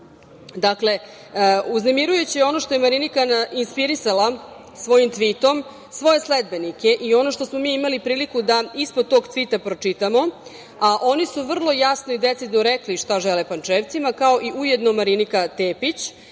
uznemirujuće je ono što je Marinika inspirisala svojim tvitom svoje sledbenike i ono što smo mi imali priliku da ispod tog tvita pročitamo, a oni su vrlo jasno i decidno rekli šta žele Pančevcima, kao i ujedno Marinika Tepić.